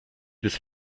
this